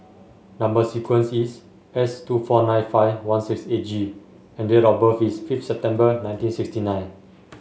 number sequence is S two four nine five one six eight G and date of birth is fifth September nineteen sixty nine